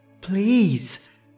Please